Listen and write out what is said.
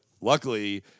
luckily